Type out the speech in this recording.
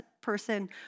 person